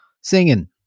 singing